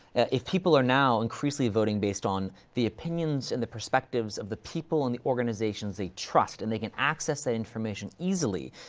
if people are not increasingly voted based on the opinions and the perspectives of the people and the organizations they trust, and they can access that information easily,